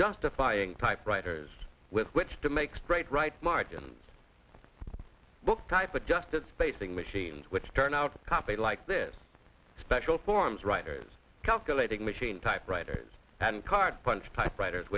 justifying typewriters with which to make straight right margins book type adjusted spacing machines which turn out to copy like this special forms writers calculating machine type writers pen cards punch typewriters